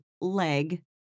leg